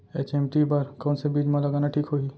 HMT बर कौन से बीज मा लगाना ठीक होही?